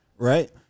Right